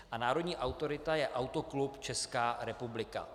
A národní autorita je Autoklub Česká republika.